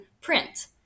print